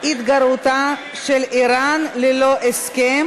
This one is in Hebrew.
התגרענותה של איראן ללא הסכם,